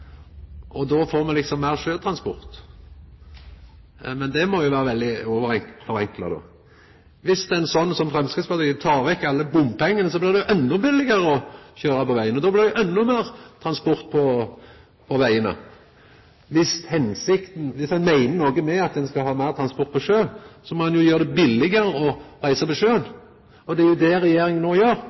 og då får me liksom meir sjøtransport. Men det må jo vera veldig forenkla. Dersom ein, sånn som Framstegspartiet går inn for, tek vekk alle bompengane, blir det jo endå billigare å køyra på vegane, og då blir det jo endå meir transport på vegane. Dersom ein meiner noko med at ein skal ha meir transport over på sjøen, må ein jo gjera det billigare å reisa på sjøen. Det er jo det regjeringa no gjer